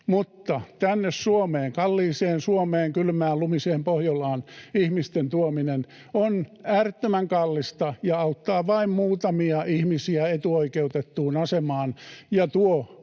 Mutta tänne Suomeen, kalliiseen Suomeen, kylmään lumiseen Pohjolaan ihmisten tuominen on äärettömän kallista ja auttaa vain muutamia ihmisiä etuoikeutettuun asemaan ja tuo